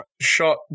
shot